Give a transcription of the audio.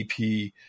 EP